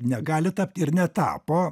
negali tapt ir netapo